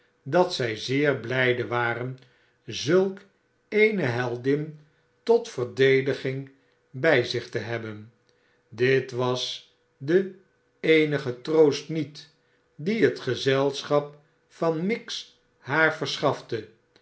dat zij zeer bhjde waren zulk eene heldin tot verdediging bij zich te hebben dit was de eenige troost niet dien het gezelschap van miggs haar verschafte